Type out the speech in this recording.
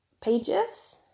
pages